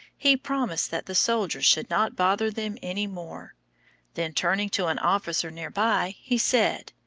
he promised that the soldiers should not bother them any more then turning to an officer near by, he said,